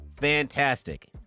fantastic